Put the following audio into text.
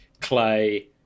clay